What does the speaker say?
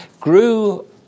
grew